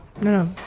No